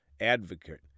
Advocate